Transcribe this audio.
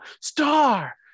star